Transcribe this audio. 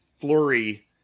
flurry